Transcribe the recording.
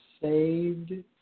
saved